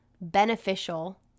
beneficial